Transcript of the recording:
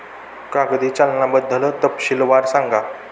कागदी चलनाबद्दल तपशीलवार सांगा